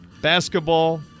basketball